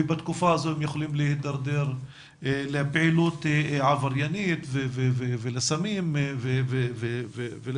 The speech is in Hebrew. ובתקופה הזו הם יכולים להידרדר לפעילות עבריינים ולסמים ולאלכוהול.